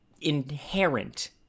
inherent